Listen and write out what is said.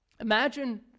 Imagine